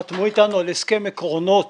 חתמו אתנו על הסכם עקרונות